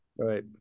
Right